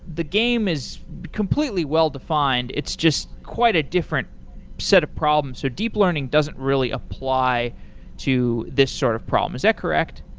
the game is completely well-defined. it's just quite a different set of problems, so deep learning doesn't really apply to this sort of problems. is that correct?